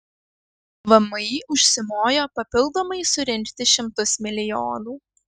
vmi užsimojo papildomai surinkti šimtus milijonų